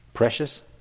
Precious